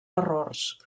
errors